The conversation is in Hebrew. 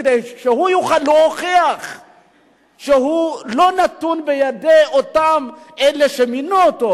כדי שהוא יוכל להוכיח שהוא לא נתון בידי אותם אלה שמינו אותו,